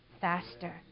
faster